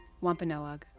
Wampanoag